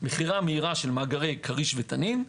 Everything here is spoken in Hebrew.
מכירה מהירה של מאגרי כריש ותנין,